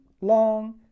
long